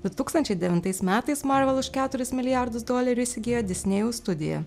du tūkstančiai devintais metais marvel už keturis milijardus dolerių įsigijo disnėjaus studija